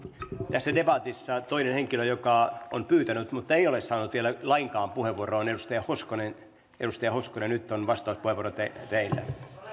tässä debatissa toinen henkilö joka on pyytänyt mutta ei ole saanut vielä lainkaan puheenvuoroa on edustaja hoskonen edustaja hoskonen nyt on vastauspuheenvuoro teillä teillä